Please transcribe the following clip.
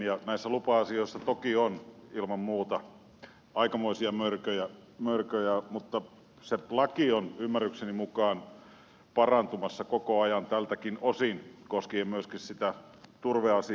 näissä lupa asioissa toki on ilman muuta aikamoisia mörköjä mutta se laki on ymmärrykseni mukaan parantumassa koko ajan tältäkin osin koskien myöskin sitä turveasiaa